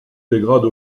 dégrade